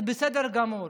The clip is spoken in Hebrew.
זה בסדר גמור.